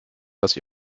dass